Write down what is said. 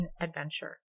adventure